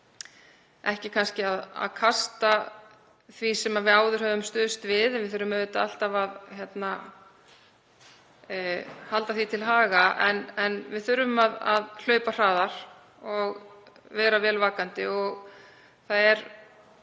ekki að kasta því sem við áður höfum stuðst við, við þurfum auðvitað alltaf að halda því til haga, en við þurfum að hlaupa hraðar og vera vel vakandi.